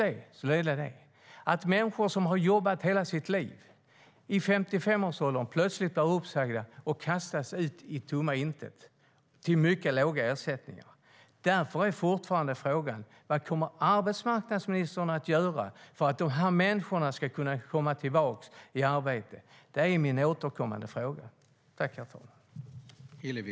Det händer att människor som har jobbat hela sina liv plötsligt blir uppsagda i 55-årsåldern och kastas ut i tomma intet med mycket låga ersättningar. Den återkommande frågan är därför: Vad kommer arbetsmarknadsministern att göra för att dessa människor ska kunna komma tillbaka i arbete?